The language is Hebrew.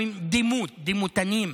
הדימות, דימותנים,